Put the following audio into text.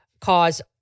cause